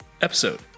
episode